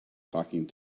talking